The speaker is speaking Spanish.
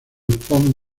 pont